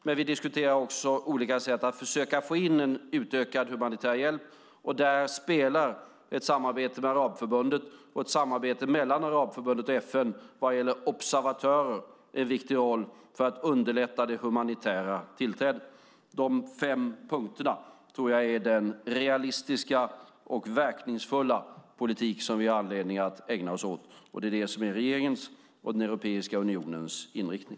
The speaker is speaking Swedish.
Men vi diskuterar också olika sätt att försöka få in en utökad humanitär hjälp. Där spelar ett samarbete med Arabförbundet och ett samarbete mellan Arabförbundet och FN vad gäller observatörer en viktig roll för att underlätta det humanitära tillträdet. Dessa fem punkter tror jag är den realistiska och verkningsfulla politik som vi har anledning att ägna oss åt. Det är det som är regeringens och Europeiska unionens inriktning.